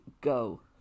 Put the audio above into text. go